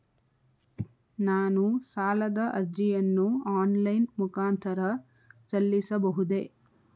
ನಾನು ಸಾಲದ ಅರ್ಜಿಯನ್ನು ಆನ್ಲೈನ್ ಮುಖಾಂತರ ಸಲ್ಲಿಸಬಹುದೇ?